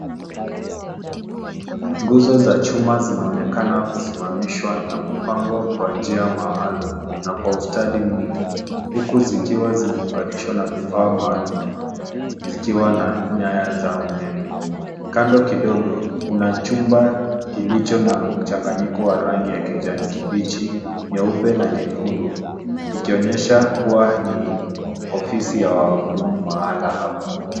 Nguzo za chuma zinaonekana kusimamishwa na kupangwa kwa njia maalum na kwa ustadi mwingi, huku zikiwa zimeunganishwa na vifaa maalum zikiwa na nyaya za umeme. Kando kidogo, kuna chumba kilicho na mchanganyiko wa rangi ya kijani kibichi, nyeupe na nyekundu, kikionyesha kuwa ni ofisi ya wahudumu wa mahali hapa.